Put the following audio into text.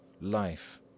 Life